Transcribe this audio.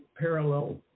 parallel